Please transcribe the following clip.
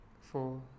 four